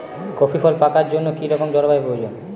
Coffee ফল পাকার জন্য কী রকম জলবায়ু প্রয়োজন?